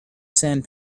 sand